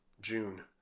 June